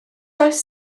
oes